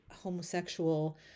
homosexual